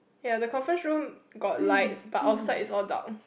ya the conference room got lights but outside is all dark